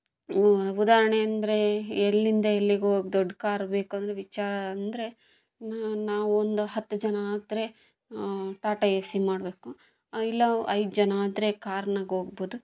ಉ ಉದಾಹರಣೆ ಅಂದರೆ ಎಲ್ಲಿಂದ ಎಲ್ಲಿಗೆ ಹೋಗಕ್ಕೆ ದೊಡ್ಡ ಕಾರ್ ಬೇಕು ಅಂದ್ರೆ ವಿಚಾರ ಅಂದರೆ ನಾವು ಒಂದು ಹತ್ತು ಜನ ಆದರೆ ಟಾಟಾ ಎ ಸಿ ಮಾಡಬೇಕು ಇಲ್ಲ ಐದು ಜನ ಆದರೆ ಕಾರ್ನಾಗೆ ಹೋಗ್ಬೋದು